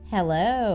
Hello